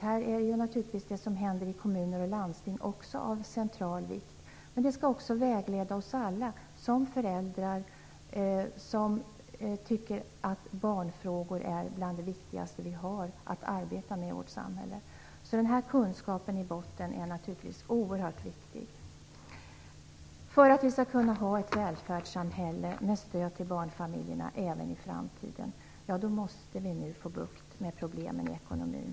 Här är naturligtvis också det som händer i kommuner och landsting av central vikt. Men det skall också vägleda alla oss som föräldrar tycker att barnfrågor är bland det viktigaste vi har att arbeta med i vårt samhälle. Därför är det oerhört viktigt att ha denna kunskap i botten. Om vi skall kunna ha ett välfärdssamhälle med stöd till barnfamiljerna i framtiden, måste vi nu få bukt med problemen i ekonomin.